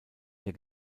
der